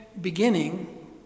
beginning